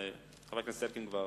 חבר הכנסת אלקין כבר